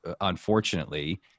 unfortunately